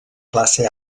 classe